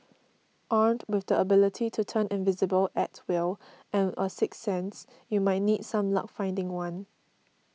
armed with the ability to turn invisible at will and a sixth sense you might need some luck finding one